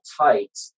tight